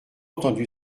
entendu